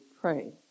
pray